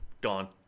gone